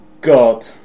God